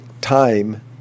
Time